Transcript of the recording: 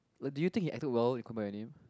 like did you think he acted well in Call-by-Your-Name